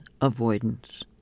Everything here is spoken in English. avoidance